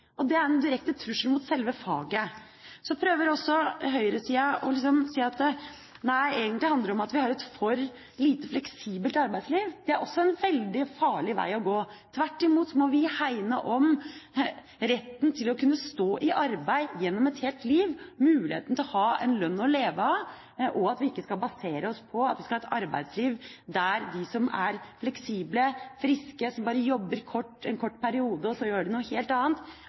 Det er en direkte trussel mot sjølve faget. Så prøver høyresida å si: Nei, egentlig handler det om at vi har et for lite fleksibelt arbeidsliv. Det er også en veldig farlig vei å gå. Tvert imot: Vi må hegne om retten til å kunne stå i arbeid gjennom et helt liv, muligheten til å ha en lønn å leve av. Vi må ikke basere oss på at vi skal ha et arbeidsliv der vi tar utgangspunkt i de som er fleksible, friske, som bare jobber en kort periode, og som så gjør noe helt annet.